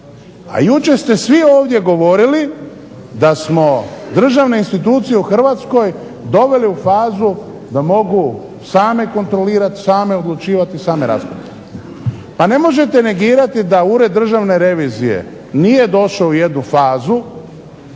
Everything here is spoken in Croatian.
A jučer ste svi ovdje govorili da smo državne institucije u Hrvatskoj doveli u fazu da mogu same kontrolirati, same odlučivati i same raspravljati. Pa ne možete negirati da Ured državne revizije nije došao u jednu fazu,